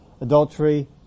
adultery